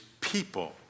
people